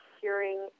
hearing